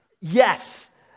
Yes